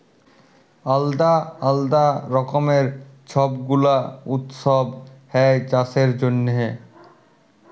আলদা আলদা রকমের ছব গুলা উৎসব হ্যয় চাষের জনহে